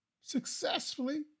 successfully